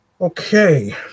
Okay